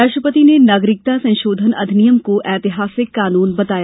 राष्ट्रपति ने नागरिकता संशोधन अधिनियम को ऐतिहासिक कानून बताया